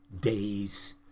days